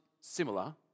similar